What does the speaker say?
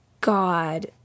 God